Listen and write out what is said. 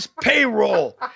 payroll